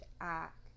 act